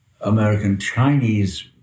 American-Chinese